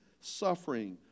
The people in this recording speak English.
suffering